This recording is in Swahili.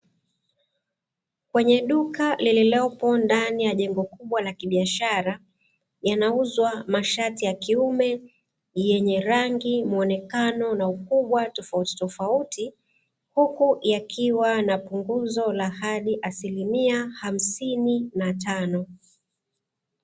Kwenye duka lililopo ndani ya jengo kubwa la kibiashara yanauzwa mashati ya kiume yenye rangi, muonekano, na ukubwa tofautitofauti huku yakiwa na punguzo la hadi asilimia hamsini na tano.